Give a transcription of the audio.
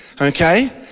Okay